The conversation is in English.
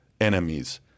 enemies